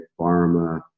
pharma